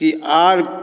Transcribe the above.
की आओर